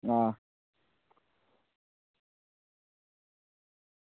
हां